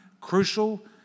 crucial